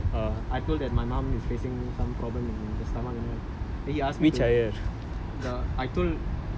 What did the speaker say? like no I didn't~ tell him about the சாமி வந்து சொன்னது:saami vanthu sonnathu I told that my mum is facing some problem in the stomach and all that